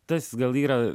tas gal yra